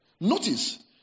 notice